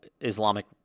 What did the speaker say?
Islamic